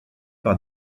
par